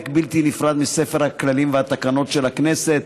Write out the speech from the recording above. בלתי נפרד מספר הכללים והתקנות של הכנסת.